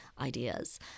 ideas